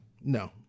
No